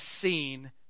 seen